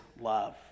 love